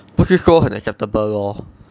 不是说很 acceptable lor